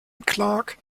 clark